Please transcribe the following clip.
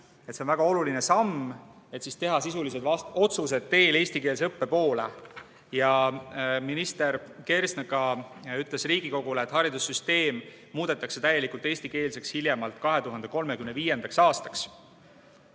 on väga oluline samm, et teha sisulised otsused teel eestikeelse õppe poole. Minister Kersna ütles Riigikogule, et haridussüsteem muudetakse täielikult eestikeelseks hiljemalt 2035. aastaks.